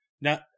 Now